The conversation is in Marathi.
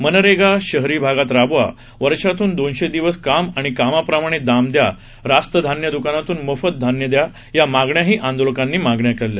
मनरेगा शहरी भागात राबवा वर्षातून दोनशे दिवस काम आणि कामाप्रमाणे दाम दया रास्तधान्य दुकानातून मोफत धान्य दया या मागण्याही आंदोलकांनी यावेळी केल्या